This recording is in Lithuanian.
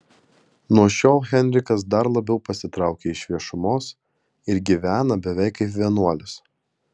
nuo šiol henrikas dar labiau pasitraukia iš viešumos ir gyvena beveik kaip vienuolis